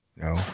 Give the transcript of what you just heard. no